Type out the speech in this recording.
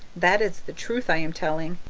that is the truth i am telling.